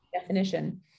definition